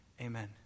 Amen